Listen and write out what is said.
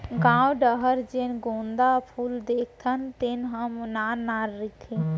गॉंव डहर जेन गोंदा फूल देखथन तेन ह नान नान रथे